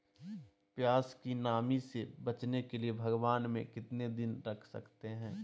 प्यास की नामी से बचने के लिए भगवान में कितना दिन रख सकते हैं?